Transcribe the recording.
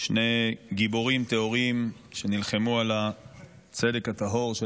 שני גיבורים טהורים שנלחמו על הצדק הטהור של